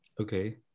Okay